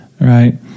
right